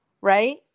Right